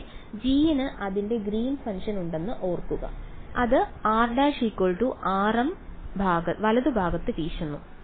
ഇവിടെ g ന് അതിന്റെ ഒരു ഗ്രീൻ ഫംഗ്ഷൻ ഉണ്ടെന്ന് ഓർക്കുക അത് r′ rm വലത് ഭാഗത്ത് വീശുന്നു